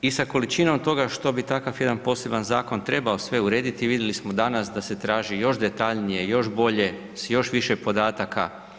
I sa količinom toga što bi takav jedan poseban zakon trebao sve urediti, vidjeli smo danas da se traži još detaljnije, još bolje, s još više podataka.